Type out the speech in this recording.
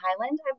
Highland